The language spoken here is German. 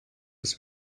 das